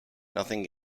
nothing